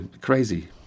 crazy